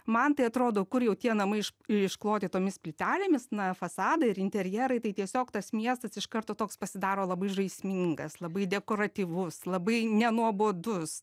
man tai atrodo kur jau tie namai iš iškloti tomis plytelėmis na fasadai ir interjerai tai tiesiog tas miestas iš karto toks pasidaro labai žaismingas labai dekoratyvus labai nenuobodus